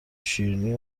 شیرینی